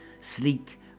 sleek